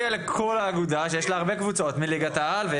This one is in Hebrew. בהרבה מאוד תחומים, אבל זה דיון אחר